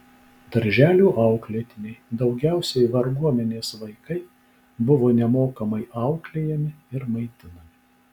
darželių auklėtiniai daugiausiai varguomenės vaikai buvo nemokamai auklėjami ir maitinami